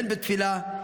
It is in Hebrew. הן בתפילה,